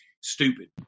stupid